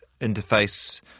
interface